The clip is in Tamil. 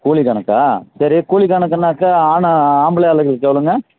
கூலி கணக்காக சரி கூலி கணக்குனாக்கா ஆனால் ஆம்பளை ஆளுங்களுக்கு எவ்வளோங்க